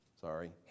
Sorry